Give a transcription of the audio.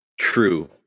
true